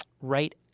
right